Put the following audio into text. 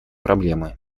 проблемы